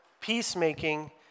peacemaking